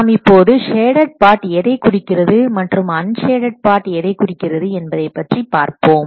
நாம் இப்போது shaded part எதை குறிக்கிறது மற்றும் அன்ஷேடட் பார்ட் எதை குறிக்கிறது என்பதை பற்றி பார்ப்போம்